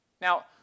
Now